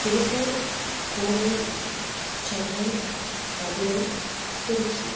Tiruppur Kovai Chennai Madurai Trichy